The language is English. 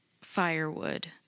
firewood